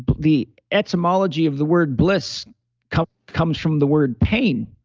the etymology of the word bliss comes comes from the word pain.